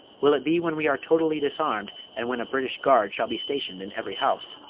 will it be when we are totally disarmed, and when a british guard shall be stationed in every house?